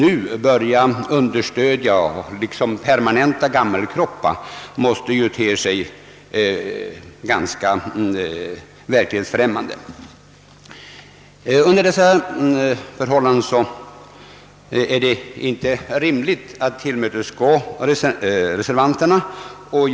Under dessa förhållanden är det inte rimligt att tillmötesgå reservanternas begäran.